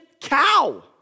cow